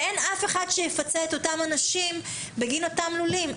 אין אף אחד שיפצה את אותם אנשים בגין אותם לולים.